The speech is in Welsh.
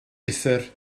uthr